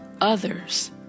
others